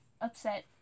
upset